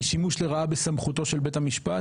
היא שימוש לרעה בסמכותו של בית המשפט